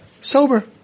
sober